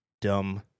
dumb